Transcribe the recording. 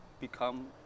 become